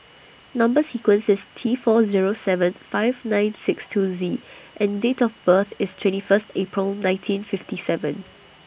Number sequence IS T four Zero seven five nine six two Z and Date of birth IS twenty First April nineteen fifty seven